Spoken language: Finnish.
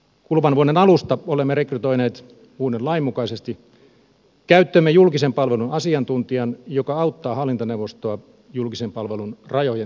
kuluvan vuoden alusta olemme rekrytoineet uuden lain mukaisesti käyttöömme julkisen palvelun asiantuntijan joka auttaa hallintoneuvostoa julkisen palvelun rajojen määrittelyssä